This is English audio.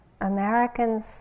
Americans